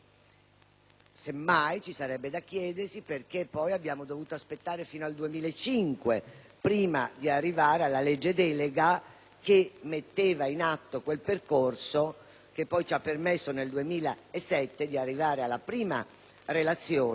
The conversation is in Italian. Semmai ci sarebbe da chiedersi i motivi per cui abbiamo dovuto aspettare fino al 2005 prima di arrivare ad una legge delega che mettesse in atto quel percorso che poi ci ha permesso, nel 2007, di arrivare alla prima relazione